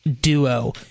duo